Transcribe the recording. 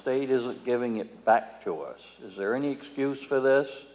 state isn't giving it back to us is there any excuse for this